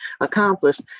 accomplished